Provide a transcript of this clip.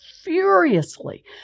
furiously